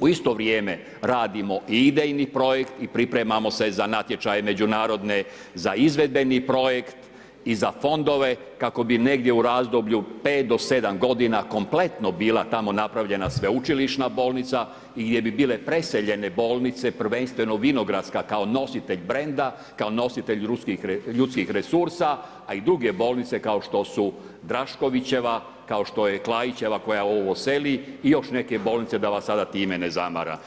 u isto vrijeme radimo i idejni projekt i pripremamo se za natječaje međunarodne za izvedbeni projekt i za fondove kako bi negdje u razdoblju 5-7 godina kompletno bila tamo napravljena sveučilišna bolnica i gdje bi bile preseljene bolnice, prvenstveno Vinogradska kao nositelj ljudskih resursa, a i druge bolnice kao što su Draškovićeva, kao što je Klaićeva, koja ovo seli i još neke bolnice da vas sada time ne zamara.